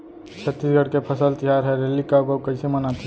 छत्तीसगढ़ के फसल तिहार हरेली कब अउ कइसे मनाथे?